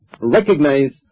recognize